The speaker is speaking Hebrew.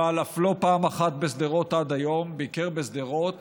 אבל אף לא פעם אחת ביקר בשדרות